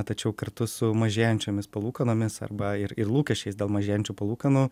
tačiau kartu su mažėjančiomis palūkanomis arba ir lūkesčiais dėl mažėjančių palūkanų